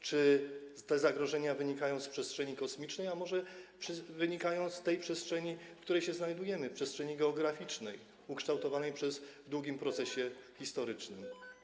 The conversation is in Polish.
Czy te zagrożenia wynikają z przestrzeni kosmicznej, a może wynikają z tej przestrzeni, w której się znajdujemy, przestrzeni geograficznej ukształtowanej w długim procesie historycznym?